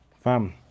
Fam